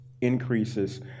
increases